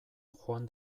joan